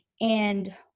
And-